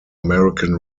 american